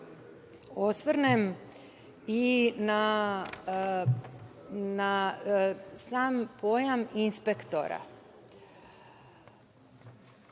osvrnem i na sam pojam inspektora.